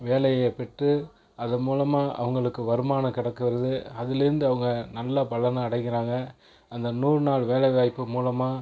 வேலைய பெற்று அதன் மூலமாக அவங்களுக்கு வருமானம் கிடக்குறது அதிலேருந்து அவங்க நல்ல பலன் அடைகிறாங்க அந்த நூறு நாள் வேலைவாய்ப்பு மூலமாக